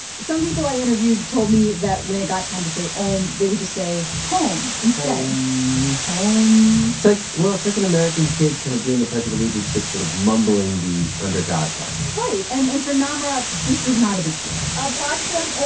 some people i interviewed told me that when it got time to say om, they would just stay home instead home home so well, it's like an american kid kind of doing the pledge of allegiance but sort of mumbling the under god part right, and and for namra, this was not a big deal apart from ah